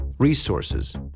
resources